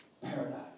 paradise